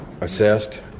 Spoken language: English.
assessed